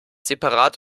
separat